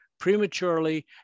prematurely